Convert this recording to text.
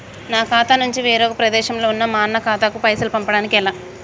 నా ఖాతా నుంచి వేరొక ప్రదేశంలో ఉన్న మా అన్న ఖాతాకు పైసలు పంపడానికి ఎలా?